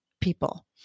people